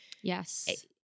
yes